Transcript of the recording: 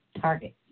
target